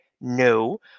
No